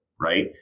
Right